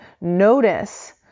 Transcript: notice